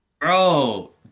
Bro